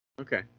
Okay